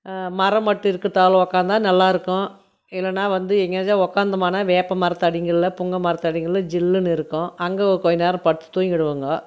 மரம் மட்டும் இருக்குறதால உட்காந்தா நல்லா இருக்கும் இல்லைன்னா வந்து எங்கேயாச்சும் உக்காந்தமானா வேப்பமரத்தடிங்களில் புங்கமரத்தடிங்களில் ஜில்லுனு இருக்கும் அங்கே கொஞ்ச நேரம் படுத்து தூங்கிடுவோங்க